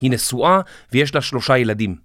היא נשואה ויש לה שלושה ילדים.